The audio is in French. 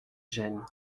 gêne